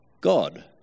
God